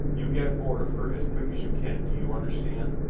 you get aboard of her as quick as you can, do you understand?